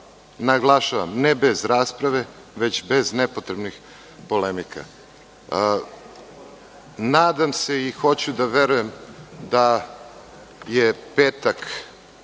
Naglašavam – ne bez rasprave, već bez nepotrebnih polemika. Nadam se i hoću da verujem da je petak